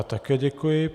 Také děkuji.